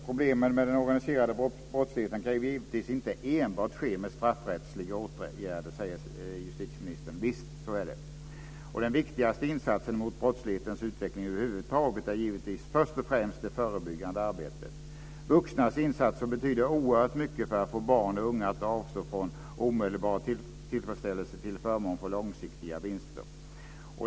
Problemen med den organiserade brottsligheten kan givetvis inte enbart lösas med straffrättsliga åtgärder, säger justitieministern. Visst, så är det. Den viktigaste åtgärden mot brottslighetens utveckling över huvud taget är givetvis först och främst det förebyggande arbetet. Vuxnas insatser betyder oerhört mycket för att få barn och unga att avstå från omedelbar tillfredsställelse till förmån för långsiktiga vinster.